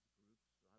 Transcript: groups